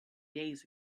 days